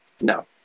No